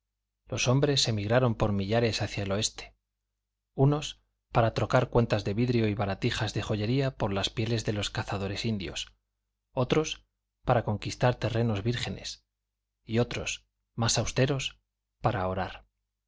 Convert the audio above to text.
los hombres emigraron por millares hacia el oeste unos para trocar cuentas de vidrio y baratijas de joyería por las pieles de los cazadores indios otros para conquistar terrenos vírgenes y otros más austeros para orar